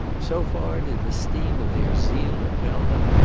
so far did the steam of their zeal impel them,